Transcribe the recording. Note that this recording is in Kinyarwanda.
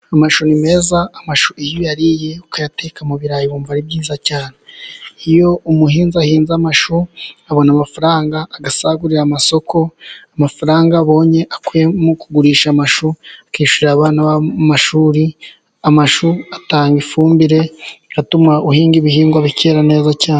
Amashu ni meza, amashu iyo uyariye ukayateka mu burayi wumva ari byiza cyane, iyo umuhinzi ahinze amashu abona amafaranga agasagurira amasoko, amafaranga abonye akuye mu kugurisha amashu akishyurira abana be amashuri, amashu atanga ifumbire bigatuma uhinga ibihingwa bikera neza cyane.